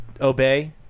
Obey